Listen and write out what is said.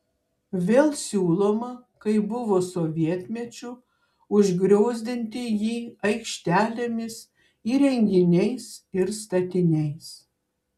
vėl siūloma kaip buvo sovietmečiu užgriozdinti jį aikštelėmis įrenginiais ir statiniais